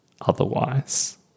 otherwise